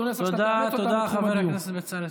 אדוני השר,